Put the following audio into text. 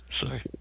Sorry